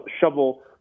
shovel